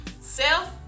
Self